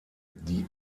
die